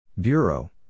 Bureau